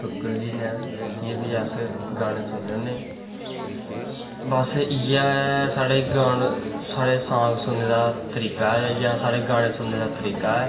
सुर्गल जी नै इंदियां ही अस गानें सुननें होनें बस इयै साढ़े गानें साढ़े सांग सुननें दा गानें सुननें दा तरीकां जां गानें सुननें दा तरीका